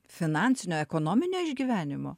finansinio ekonominio išgyvenimo